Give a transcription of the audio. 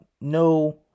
no